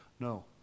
No